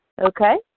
Okay